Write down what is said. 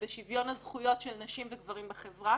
ובשוויון הזכויות של נשים וגברים בחברה